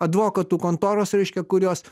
advokatų kontoros reiškia kurios